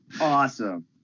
awesome